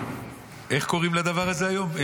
איך קוראים לדבר הזה היום?